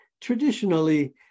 traditionally